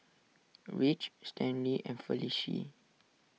Ridge Stanley and Felicie